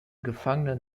gefangenen